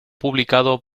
publicado